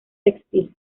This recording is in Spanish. textil